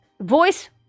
Voice